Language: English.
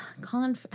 Colin